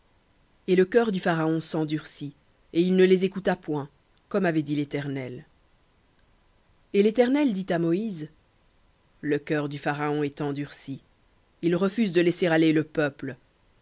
et le cœur du pharaon s'endurcit et il ne les écouta point comme avait dit l'éternel v litt et l'éternel dit à moïse le cœur du pharaon est endurci il refuse de laisser aller le peuple